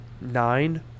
nine